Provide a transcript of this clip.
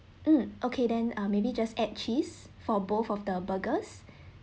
mm okay then ah maybe just add cheese for both of the burgers